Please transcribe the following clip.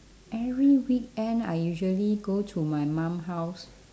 every weekend I usually go to my mum house